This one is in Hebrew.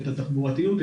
את התחבורתיות,